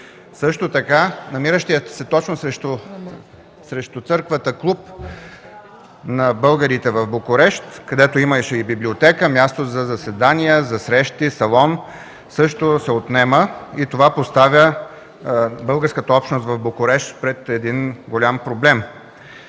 Също така намиращият се точно срещу църквата Клуб на българите в Букурещ, където имаше библиотека, място за заседания, салон за срещи, също се отнема и това поставя българската общност в Букурещ пред един голям проблем.